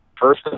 first